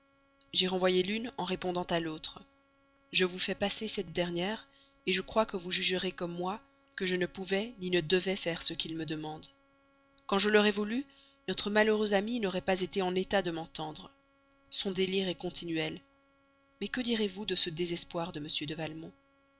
j'ai renvoyé l'une en répondant à l'autre je vous fais passer cette dernière je crois que vous jugerez comme moi que je ne pouvais ni ne devais rien faire de ce qu'il me demande quand je l'aurais voulu notre malheureuse amie n'aurait pas été en état de m'entendre son délire est continuel mais que direz-vous de ce désespoir de m de